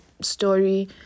story